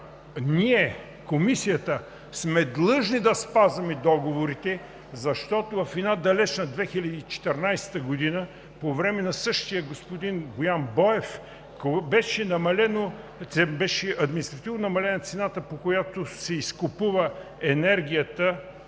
Ние – Комисията, сме длъжни да спазваме договорите, защото в една далечна 2014 г., по време на същия господин Боян Боев, беше административно намалена цената, по която се изкупува енергията